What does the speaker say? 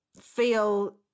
feel